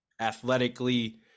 athletically